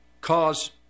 cause